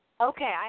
Okay